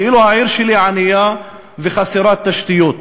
ואילו העיר שלי ענייה וחסרת תשתיות?